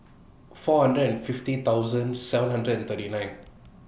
four hundred fifty thousand seven hundred and thirty nine